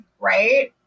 Right